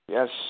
Yes